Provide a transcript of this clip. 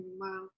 Wow